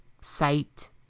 sight